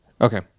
Okay